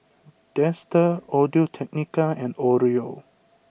Dester Audio Technica and Oreo